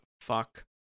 fuck